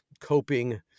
coping